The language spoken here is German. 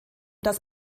das